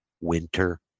winter